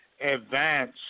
advance